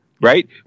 right